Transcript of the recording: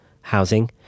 housing